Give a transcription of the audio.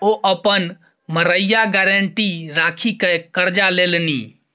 ओ अपन मड़ैया गारंटी राखिकए करजा लेलनि